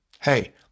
hey